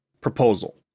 Proposal